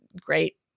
great